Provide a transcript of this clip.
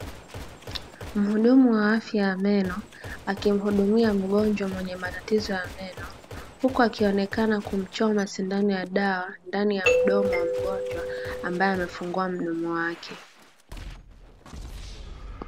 Mhudumu wa wa afya wa meno, akimhudumia mgonjwa mwenye matatizo ya meno, huku akionekana kumchoma sindano ya dawa ndani ya mdomo wa mgonjwa ambaye amefungua mdomo wake.